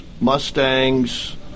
Mustangs